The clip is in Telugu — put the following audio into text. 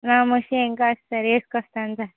నమోషి ఎం కాదు సార్ వేసుకొస్తాను సార్